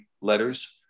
letters